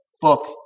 book